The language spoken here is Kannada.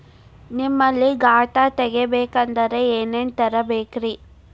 ನಿಮ್ಮಲ್ಲಿ ಖಾತಾ ತೆಗಿಬೇಕಂದ್ರ ಏನೇನ ತರಬೇಕ್ರಿ?